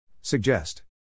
Suggest